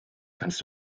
kannst